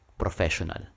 professional